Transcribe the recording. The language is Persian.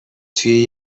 توی